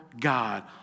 God